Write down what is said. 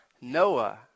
Noah